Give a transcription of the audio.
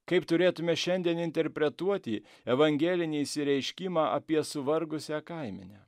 kaip turėtume šiandien interpretuoti evangelinį išsireiškimą apie suvargusią kaimenę